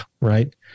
right